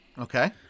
okay